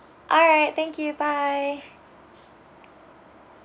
alright thank you bye